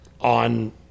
On